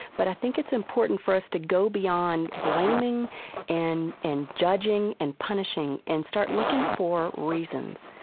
but i think it's important for us to go beyond blaming and and judging and punishing and start looking for reasons